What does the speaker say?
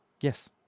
Yes